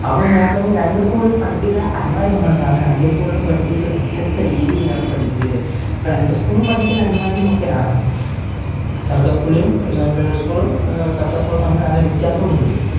അപ്പോള് നോക്കണെ രണ്ട് സ്കൂളിലും പഠിപ്പിക്കുക അനിവാര്യമാണ് കാരണം രണ്ട് സ്കൂളിലും പഠിപ്പിക്കൽ വ്യത്യസ്ത രീതിയിലാണ് പഠിപ്പിക്കല് അപ്പോള് രണ്ടു സ്കൂളിലും പഠിക്കുന്നത് അനിവാര്യം ഒക്കെ ആണ് സർക്കാർ സ്കൂളും പ്രൈവറ്റ് സ്കൂളും സർക്കാർ സ്കൂളും തമ്മിൽ നല്ല വ്യത്യാസമുണ്ട്